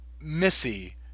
Missy